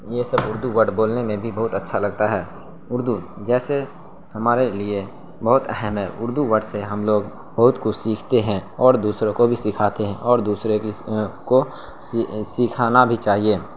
یہ سب اردو ورڈ بولنے میں بھی بہت اچھا لگتا ہے اردو جیسے ہمارے لیے بہت اہم ہے اردو ورڈ سے ہم لوگ بہت کچھ سیکھتے ہیں اور دوسروں کو بھی سکھاتے ہیں اور دوسرے کو سکھانا بھی چاہیے